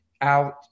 out